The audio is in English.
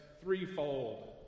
threefold